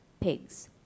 pigs